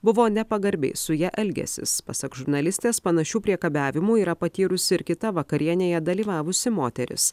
buvo nepagarbiai su ja elgęsis pasak žurnalistės panašių priekabiavimų yra patyrus ir kita vakarienėje dalyvavusi moteris